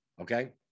Okay